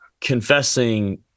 confessing